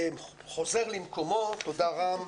חוזר למקומו, תודה, רם,